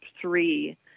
three